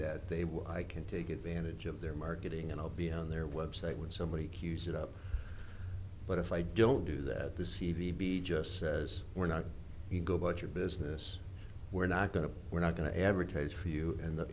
that they will i can take advantage of their marketing and i'll be on their website when somebody queues it up but if i don't do that the c v be just says we're not you go about your business we're not going to we're not going to advertise for you in the